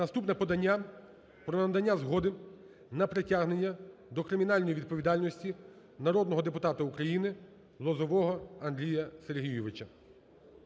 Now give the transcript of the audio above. Луценка про надання згоди на притягнення до кримінальної відповідальності народного депутата України Лозового Андрія Сергійовича.